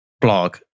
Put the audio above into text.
blog